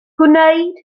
gwneud